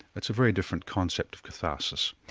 it's a very different concept of catharsis.